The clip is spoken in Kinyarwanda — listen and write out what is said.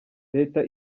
leta